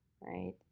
right